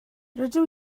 rydw